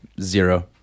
Zero